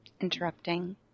interrupting